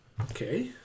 Okay